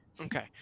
Okay